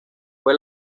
fue